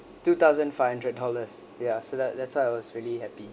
two thousand five hundred dollars ya so that that's why I was really happy